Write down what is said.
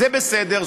זה בסדר,